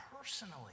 personally